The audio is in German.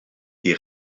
die